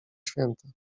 święta